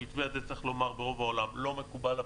המתווה הזה, צריך לומר, ברוב העולם לא מקובל.